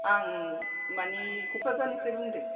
आं मानि क'क्राझार निफ्राय बुंदों